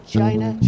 China